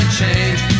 change